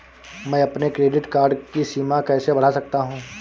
मैं अपने credit card की सीमा कैसे बढ़ा सकता हूँ?